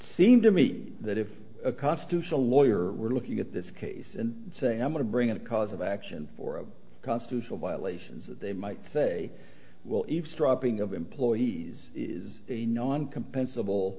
seemed to me that if a constitutional lawyer were looking at this case and saying i'm going to bring in a cause of action for a constitutional violations that they might say well eavesdropping of employees is a non